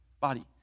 body